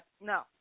No